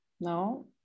no